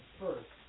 first